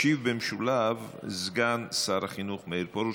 ישיב במשולב סגן שר החינוך מאיר פרוש.